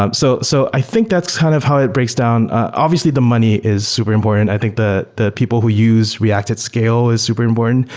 um so so i think that's kind of how it breaks down. obviously, the money is super important. i think that people who use react at-scale is super important,